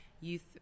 youth